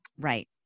Right